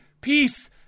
peace